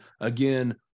again